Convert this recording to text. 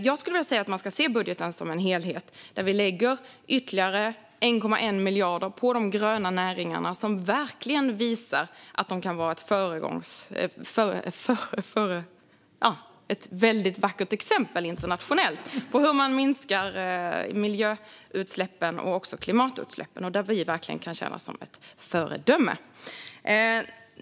Jag skulle vilja säga att man ska se budgeten som en helhet där vi lägger ytterligare 1,1 miljarder på de gröna näringarna, som verkligen visar att de kan vara ett väldigt vackert internationellt exempel på hur man minskar miljöutsläppen och klimatutsläppen. Där kan vi verkligen tjäna som ett föredöme.